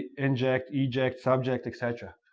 inject, eject, subject, etc,